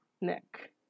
Nick